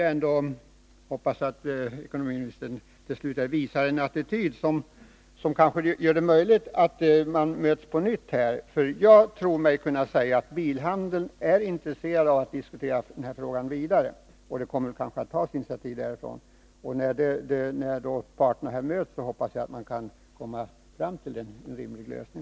Jag hoppas att ekonomiministern skall inta en attityd som gör det möjligt för parterna att mötas på nytt. Jag tror mig kunna säga att bilhandeln är intresserad av att diskutera den här frågan vidare. Det kommer kanske också att tas initiativ därifrån. När parterna möts hoppas jag att man kan komma fram till en rimlig lösning.